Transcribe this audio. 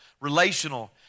relational